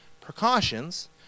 precautions